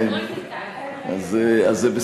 כן, אז זה בסדר.